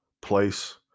place